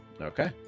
Okay